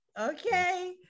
Okay